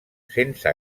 sense